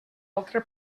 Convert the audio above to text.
altre